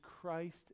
Christ